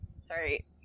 sorry